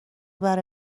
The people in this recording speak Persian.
برای